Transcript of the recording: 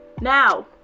Now